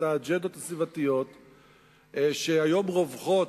את האג'נדות הסביבתיות שהיום רווחות